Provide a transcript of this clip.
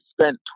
spent